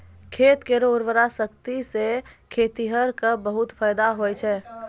खेत केरो उर्वरा शक्ति सें खेतिहर क बहुत फैदा होय छै